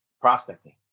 prospecting